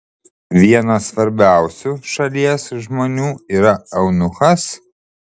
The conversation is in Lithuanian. vienas svarbiausių šalies žmonių yra eunuchas